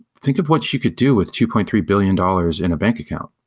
think of what you could do with two point three billion dollars in a bank account.